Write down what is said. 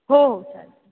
हो हो चालेल